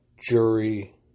jury